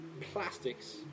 plastics